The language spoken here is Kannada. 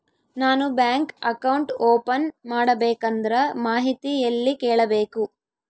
ನಾನು ಬ್ಯಾಂಕ್ ಅಕೌಂಟ್ ಓಪನ್ ಮಾಡಬೇಕಂದ್ರ ಮಾಹಿತಿ ಎಲ್ಲಿ ಕೇಳಬೇಕು?